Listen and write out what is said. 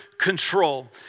control